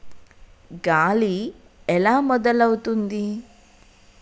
గాలి ఎలా మొదలవుతుంది?